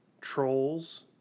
trolls